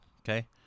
Okay